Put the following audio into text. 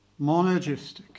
Monogistic